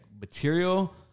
material